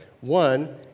One